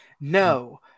no